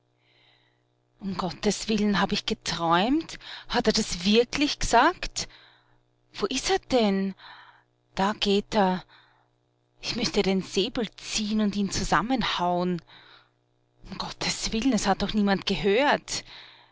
um gottes willen hab ich geträumt hat er das wirklich gesagt wo ist er denn da geht er ich müßt ja den säbel ziehen und ihn zusammenhauen um gottes willen es hat's doch niemand gehört